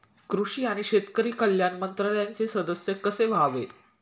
कृषी आणि शेतकरी कल्याण मंत्रालयाचे सदस्य कसे व्हावे?